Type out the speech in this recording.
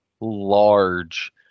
large